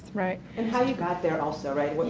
right. and how you got there, also, right?